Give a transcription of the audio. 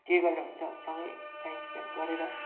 के गरेर हुन्छ सँगै टाइम स्पेन्ड गरेर